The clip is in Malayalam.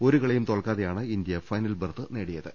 ഒരു കളിയും തോൽക്കാതെയാണ് ഇന്ത്യ ഫൈനൽ ബർത്ത് നേടിയത്